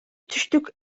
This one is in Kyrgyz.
түштүк